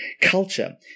culture